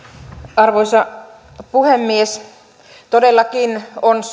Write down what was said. arvoisa puhemies todellakin on